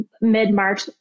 mid-march